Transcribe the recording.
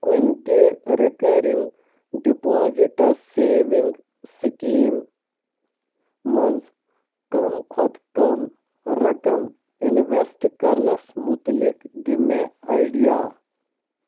کُنہِ تہِ recurring deposits savings scheme منٛز کم کھۄتہٕ کم رقم انویسٹ کرنس مُتعلِق دِ مےٚ آیڈِیا